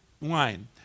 Wine